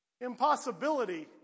Impossibility